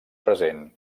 present